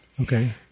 Okay